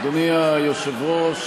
אדוני היושב-ראש,